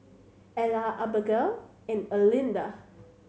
Ellar Abagail and Erlinda